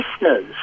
listeners